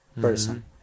person